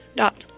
dot